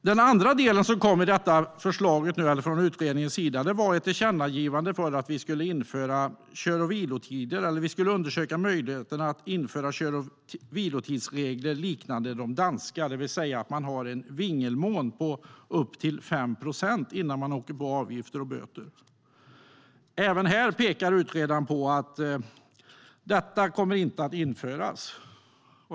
Den andra delen i det förslag som kom från utredningen var ett tillkännagivande om att vi ska undersöka möjligheten att införa kör och vilotidersregler liknande de danska, det vill säga att man har en vingelmån på upp till 5 procent innan man åker på avgifter och böter. Även här pekar utredaren på att det inte kommer att införas.